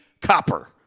copper